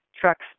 trucks